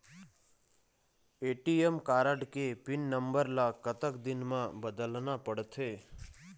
ATM card के pin number ला कतक दिन म बदलना पड़थे?